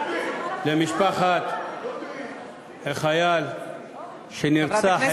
תנחומים למשפחת החייל שנרצח אתמול.